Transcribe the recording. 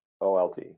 OLT